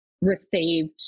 received